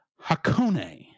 hakone